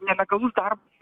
nelegalus darbas